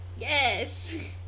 Yes